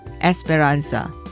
Esperanza